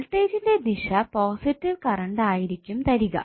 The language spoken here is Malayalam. വോൾടേജ്ന്റെ ദിശ പോസിറ്റീവ് കറണ്ട് ആയിരിക്കും തരിക